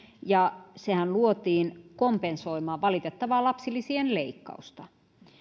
ja sehän luotiin kompensoimaan valitettavaa lapsilisien leikkausta